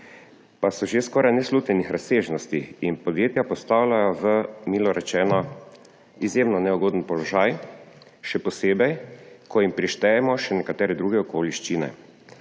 pa so že skoraj neslutenih razsežnosti in podjetja postavljajo v, milo rečeno, izjemno neugoden položaj, še posebej, ko jim prištejemo še nekatere druge okoliščine.